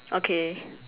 okay